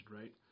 right